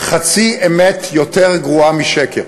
חצי אמת יותר גרועה משקר.